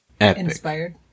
Inspired